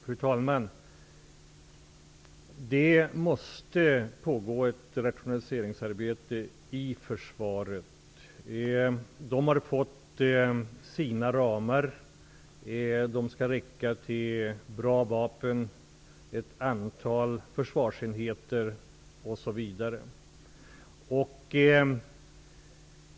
Fru talman! Det måste pågå ett rationaliseringsarbete i försvaret. Försvaret har fått sina ramar, och det skall räcka till bra vapen, ett antal försvarsenheter osv.